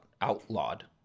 Outlawed